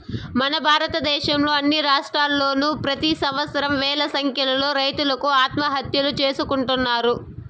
మన భారతదేశంలో అన్ని రాష్ట్రాల్లోనూ ప్రెతి సంవత్సరం వేల సంఖ్యలో రైతులు ఆత్మహత్యలు చేసుకుంటున్నారు